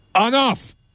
Enough